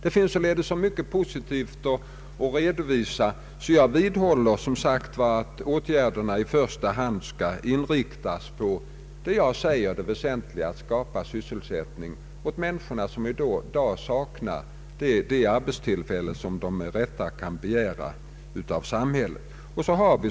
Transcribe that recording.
Det finns således mycket positivt att redovisa, och jag vidhåller att åtgärderna i första hand skall inriktas på vad jag ser som det väsentliga — att skapa sysselsättning åt människor vilka i dag saknar de arbetstillfällen som de med rätta kan begära av samhället.